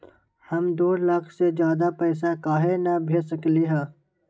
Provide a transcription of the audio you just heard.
हम दो लाख से ज्यादा पैसा काहे न भेज सकली ह?